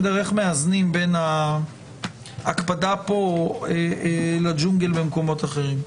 איך מאזנים בין ההקפדה פה לג'ונגל במקומות אחרים.